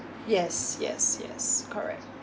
yes yes yes correct